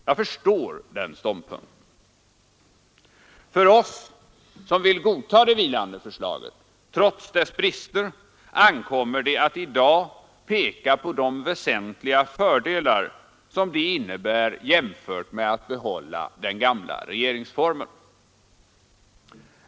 Jag förstår den ståndpunkten. På oss som vill godta det vilande förslaget, trots dess brister, ankommer det att peka på de väsentliga fördelar som förslaget innebär jämfört med den gamla regeringsformen.